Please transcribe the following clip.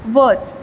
वच